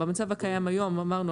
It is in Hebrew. במצב הקיים היום אמרנו,